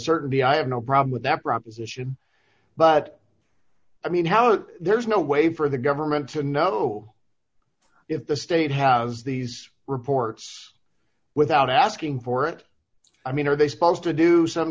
certainty i have no problem with that proposition but i mean how there's no way for the government to know if the state has these reports without asking for it i mean are they supposed to do some